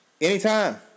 anytime